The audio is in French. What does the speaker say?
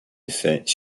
effets